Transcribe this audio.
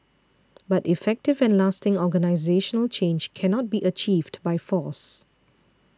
but effective and lasting organisational change cannot be achieved by force